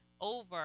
over